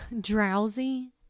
drowsy